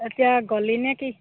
এতিয়া গ'লিনে কি